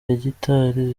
hegitari